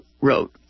wrote